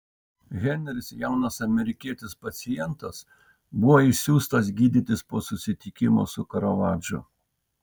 henris jaunas amerikietis pacientas buvo išsiųstas gydytis po susitikimo su karavadžu